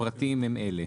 הפרטים הם אלה: